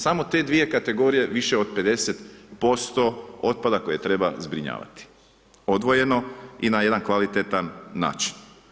Samo te 2 kategorije više od 50% otpada koje treba zbrinjavati, odvojeno i na jedan kvalitetan način.